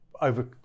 over